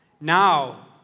Now